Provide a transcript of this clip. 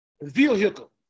vehicle